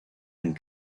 and